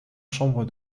chambres